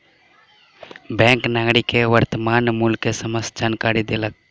bank नागरिक के वर्त्तमान मूल्य के समस्त जानकारी देलक